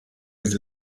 his